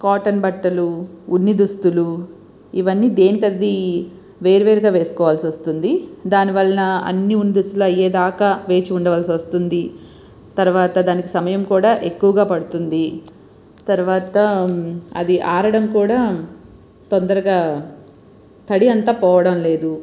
cotton బట్టలు ఉన్ని దుస్తులు ఇవన్నీ దేనికి అది వేర్వేరుగా వేసుకోవాల్సి వస్తుంది దాని వలన అన్ని ఉన్ని దుస్తులు అయ్యేదాకా వేచి ఉండాల్సి వస్తుంది తర్వాత దానికి సమయం కూడా ఎక్కువగా పడుతుంది తర్వాత అది ఆరడం కూడా తొందరగా తడి అంతా పోవడం లేదు